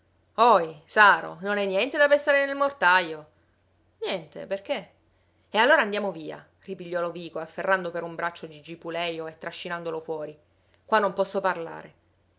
ohi saro non hai niente da pestare nel mortajo niente perché e allora andiamo via ripigliò lovico afferrando per un braccio gigi pulejo e trascinandolo fuori qua non posso parlare